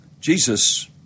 Jesus